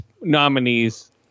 nominees